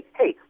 hey